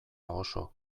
oso